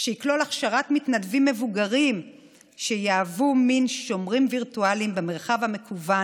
שיכלול הכשרת מתנדבים מבוגרים שיהוו מין שומרים וירטואליים במרחב המקוון